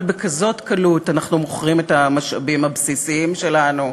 אבל בכזאת קלות אנחנו מוכרים את המשאבים הבסיסיים שלנו,